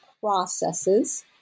processes